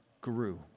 grew